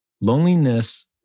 Loneliness